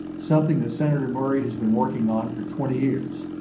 something that senator murray has been working on for twenty years,